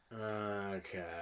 Okay